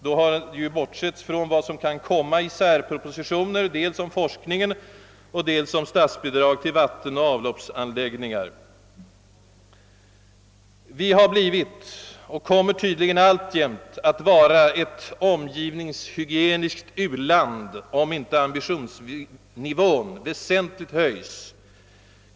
Då har bortsetts från vad som kan komma i särpropositioner dels om forskningen, dels om statsbidrag till vattenoch avloppsanläggningar. Vi har blivit ett omgivningshygieniskt u-land och vi kommer alltjämt att vara det, om inte ambitionsnivån inom naturvården väsentligt höjs.